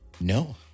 no